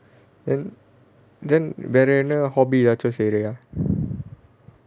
then then வேற என்ன:vera enna hobby ஆச்சும் செய்றியா:aachum seiriyaa